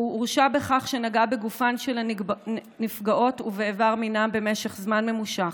הוא הורשע בכך שנגע בגופן של נפגעות ובאיבר מינן במשך זמן ממושך,